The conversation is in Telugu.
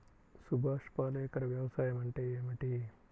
సుభాష్ పాలేకర్ వ్యవసాయం అంటే ఏమిటీ?